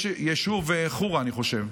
יש יישוב חורה, אני חושב.